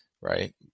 right